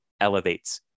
elevates